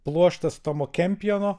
pluoštas tomo kempjono